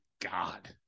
god